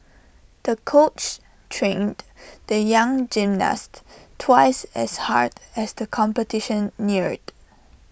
the coach trained the young gymnast twice as hard as the competition neared